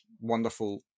wonderful